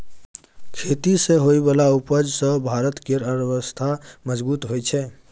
खेती सँ होइ बला उपज सँ भारत केर अर्थव्यवस्था मजगूत होइ छै